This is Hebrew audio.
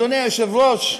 אדוני היושב-ראש,